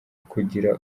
kugira